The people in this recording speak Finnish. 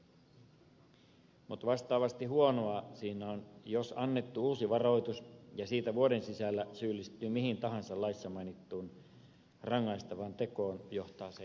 mutta vastaavasti huonoa siinä on että jos on annettu uusi varoitus ja siitä vuoden sisällä syyllistyy mihin tahansa laissa mainittuun rangaistavaan tekoon johtaa se ajokieltoon